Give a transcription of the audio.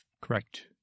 correct